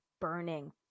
burning